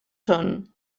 són